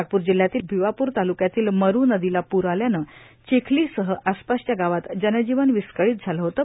नागपूर जिल्ह्यातील भीवापूर तालुक्यातील मरू नदीला पूर आल्यानं चिखलीसह आसपासच्या गावात जन जीवन विस्कळीत झालं होतं